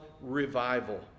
revival